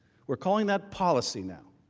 we are calling that policy, now.